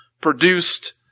produced